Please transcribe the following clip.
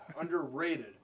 underrated